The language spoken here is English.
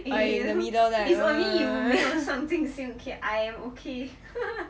in the middle there's only you something seemed okay I am okay